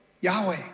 Yahweh